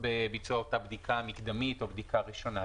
בביצוע אותה בדיקה מקדמית או בדיקה ראשונה.